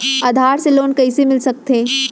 आधार से लोन कइसे मिलिस सकथे?